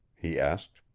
he asked.